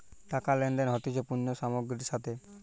টাকা লেনদেন হতিছে পণ্য সামগ্রীর সাথে